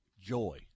joy